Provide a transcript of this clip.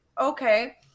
okay